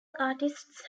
artists